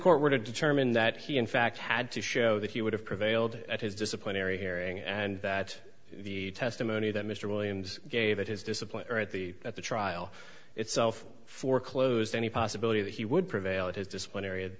court were to determine that he in fact had to show that he would have prevailed at his disciplinary hearing and that the testimony that mr williams gave it his discipline or at the at the trial itself foreclosed any possibility that he would prevail at his disciplinary